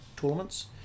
tournaments